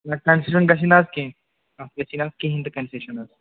نہَ کَنسیشَن گژھِ نہٕ حظ کیٚنٛہہ اَتھ گژھی نہٕ حظ کِہیٖنٛۍ تہِ کَنسیشَن حظ